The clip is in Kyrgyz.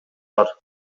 бар